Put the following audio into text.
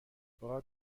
باد